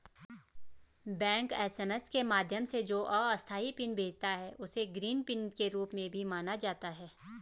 bank SMS के माध्यम से जो अस्थायी पिन भेजता है, उसे ग्रीन पिन के रूप में भी जाना जाता है